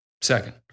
Second